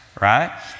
right